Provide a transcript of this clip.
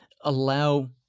allow